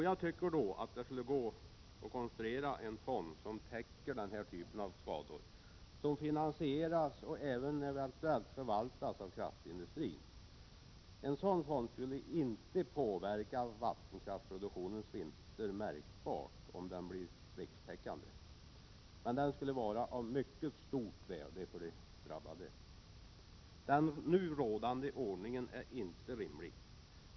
Jag tycker att det borde gå att konstruera en fond som täcker den här typen av skador och som finansieras och eventuellt även förvaltas av kraftindustrin. En sådan fond skulle inte påverka vattenkraftsproduktionens vinster märkbart om den blir rikstäckande, men den skulle vara av mycket stort värde för de drabbade. Den nu rådande ordningen är inte rimlig.